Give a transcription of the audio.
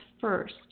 first